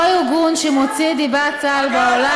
אותו ארגון שמוציא את דיבת צה"ל בעולם,